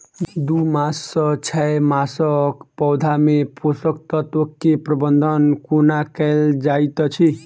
दू मास सँ छै मासक पौधा मे पोसक तत्त्व केँ प्रबंधन कोना कएल जाइत अछि?